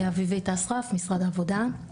אביבית אסרף, משרד העבודה.